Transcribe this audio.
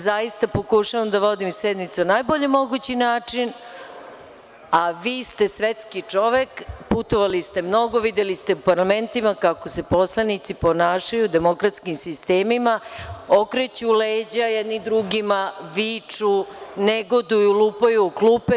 Zaista pokušavam da vodim sednicu na najbolji mogući način, a vi ste svetski čovek, putovali ste mnogo, videli ste u parlamentima kako se poslanici ponašaju u demokratskim sistemima, okreću leđa jedni drugima, viču, negoduju, lupaju u klupe.